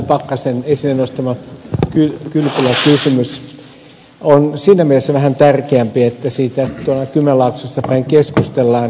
pakkasen esille nostama kylpyläkysymys on siinä mielessä vähän tärkeämpi että siitä tuolla kymenlaaksossa päin keskustellaan